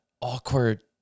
awkward